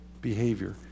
behavior